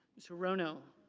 mr. her ono.